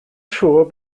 siŵr